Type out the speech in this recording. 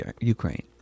Ukraine